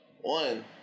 one